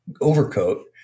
overcoat